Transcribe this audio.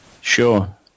Sure